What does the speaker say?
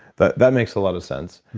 that that makes a lot of sense.